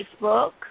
Facebook